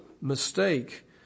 mistake